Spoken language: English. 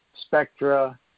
Spectra